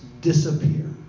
disappear